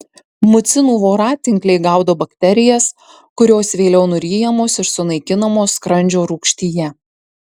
mucinų voratinkliai gaudo bakterijas kurios vėliau nuryjamos ir sunaikinamos skrandžio rūgštyje